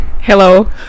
Hello